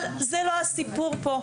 אבל זה לא הסיפור פה,